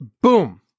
boom